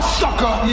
sucker